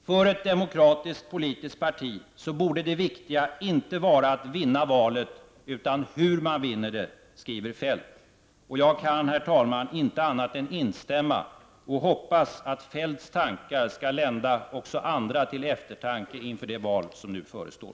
För ett demokratiskt politiskt parti borde det viktiga inte vara att vinna valet utan hur man vinner det, skriver Feldt. Herr talman! Jag kan inte annat än instämma, och jag hoppas att Feldts tankar skall lända också andra till eftertanke inför det val som nu förestår.